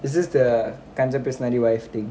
is this the கஞ்சபிசுநாரி:kancha pisunaari wife thing